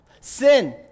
Sin